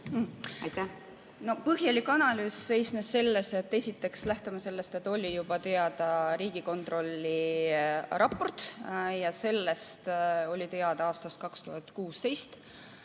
Põhjalik analüüs seisnes selles, et esiteks lähtusime sellest, et oli juba teada Riigikontrolli raport. See oli teada aastast 2016.